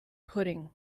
pudding